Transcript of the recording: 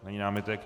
Není námitek.